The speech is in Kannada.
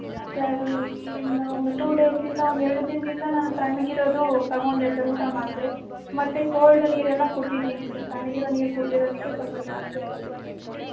ಹಾಂ ಸರ್ ಇನ್ನು ಒಂದು ಟು ಡೇಸಿಂದ ಒಂದು ಎರಡು ದಿನದಿಂದ ನಾನು ತಣ್ಣಗಿರೋದು ತಗೊಂಡೆ ಸರ್ ಊಟ ಮಾಡಿದೆ ಮತ್ತು ಕೋಲ್ಡ್ ನೀರೆಲ್ಲ ಕುಡಿದಿದ್ದೀನಿ ಸರ್ ತಣ್ಣಗಿರೋ ನೀರು ಕುಡಿದಿರೋದಕ್ಕೆ ಸ್ವಲ್ಪ ಜಾಸ್ತಿ ಆಗಿದೆ ಸರ್